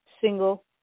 single